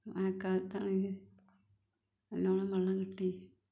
മഴക്കാലത്ത് ആണെങ്കിൽ നല്ലവണ്ണം വെള്ളം കിട്ടി